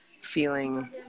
feeling